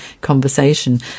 conversation